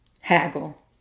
Haggle